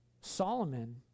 Solomon